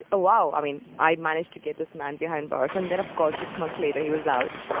wow. i mean, i managed to get this man behind bars. and then, of course, six months later, he was out